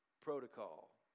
protocol